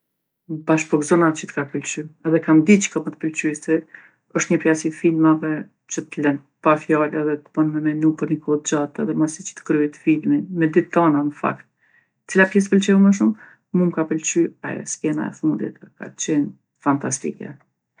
Bash po gzohna që t'ka pëlqy. Edhe e kam ditë që ko me t'pëlqy se është një prej asi filmave që t'len pa fjalë edhe t'bon me menu për ni kohë t'gjatë edhe masi që t'kryhet filmi, me ditë tana n'fakt. Cila pjesë t'pëlqeu më shumë? Mu m'ka pëlqy ajo skena e fundit, ajo ka qenë fantastike.